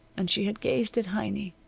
and she had gazed at heiny.